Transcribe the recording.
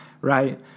Right